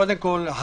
קודם כל,